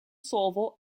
solvo